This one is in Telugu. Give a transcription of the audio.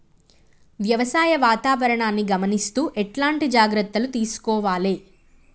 వ్యవసాయ వాతావరణాన్ని గమనిస్తూ ఎట్లాంటి జాగ్రత్తలు తీసుకోవాలే?